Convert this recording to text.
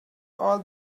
all